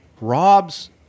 Rob's